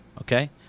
Okay